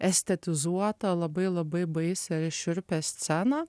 estetizuotą labai labai baisią šiurpią sceną